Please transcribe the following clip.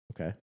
Okay